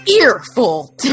earful